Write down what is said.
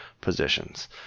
positions